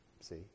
see